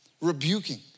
rebuking